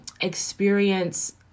experience